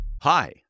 Hi